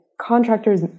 contractors